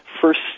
first